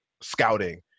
scouting